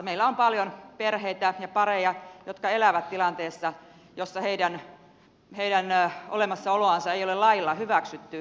meillä on paljon perheitä ja pareja jotka elävät tilanteessa jossa heidän olemassaoloansa ei ole lailla hyväksytty